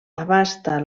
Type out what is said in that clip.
abasta